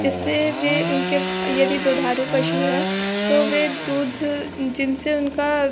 जिससे वे उनके यदि दुधारु पशु हैं तो वे दूध जिनसे उनका